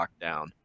lockdown